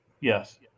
Yes